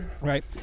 right